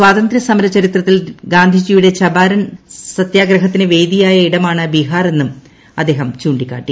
സ്വതന്ത്ര്യ സമര ചരിത്രത്തിൽ ഗാന്ധിജിയുടെ ചമ്പാരൻ സത്യാഗ്രഹത്തിന് വേദിയായ ഇടമാണ് ബീഹാറെന്നും അദ്ദേഹം ചൂണ്ടിക്കാട്ടി